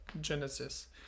genesis